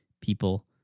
people